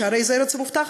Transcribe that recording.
שהרי הם הארץ המובטחת.